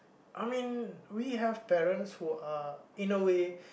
I mean we have parents who are in a way